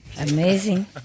Amazing